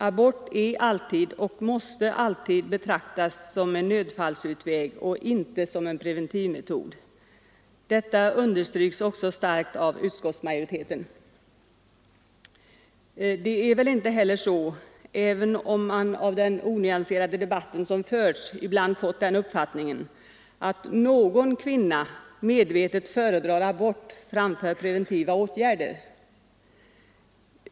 Abort är alltid och måste alltid betraktas som en nödfallsutväg och inte som en preventivmetod, detta understryks också starkt av utskottsmajoriteten. Det är väl inte heller så — även om man av den onyanserade debatt som förts ibland fått den uppfattningen — att någon kvinna medvetet föredrar abort framför preventiva åtgärder.